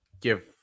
give –